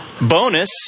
bonus